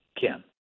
Kim